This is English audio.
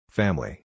family